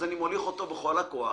אז אני מוליך אותו בכל הכוח.